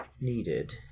needed